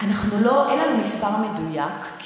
אין מספר מדויק.